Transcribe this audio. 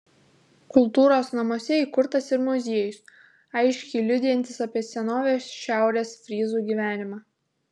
kultūros namuose įkurtas ir muziejus aiškiai liudijantis apie senovės šiaurės fryzų gyvenimą